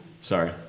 Sorry